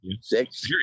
Six